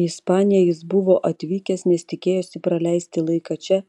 į ispaniją jis buvo atvykęs nes tikėjosi praleisti laiką čia